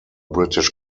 british